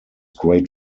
great